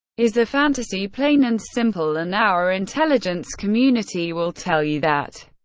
is a fantasy, plain and simple, and our intelligence community will tell you that.